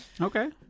Okay